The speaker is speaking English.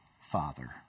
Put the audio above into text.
Father